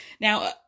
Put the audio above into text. Now